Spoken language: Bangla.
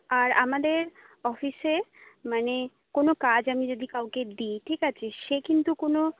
আর আমাদের অফিসে মানে কোনো কাজ আমি যদি কাউকে দিই ঠিক আছে সে কিন্তু কোনো